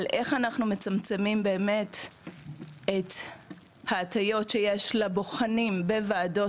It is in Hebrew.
על איך אנחנו מצמצמים באמת את ההטיות שיש לבוחנים בוועדות